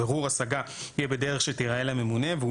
'בירור השגה יהיה בדרך שתיראה לממונה והוא